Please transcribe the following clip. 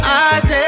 eyes